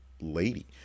lady